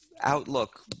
Outlook